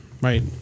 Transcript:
right